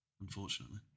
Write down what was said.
Unfortunately